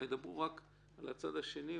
צריך לדבר אולי על הצד השני,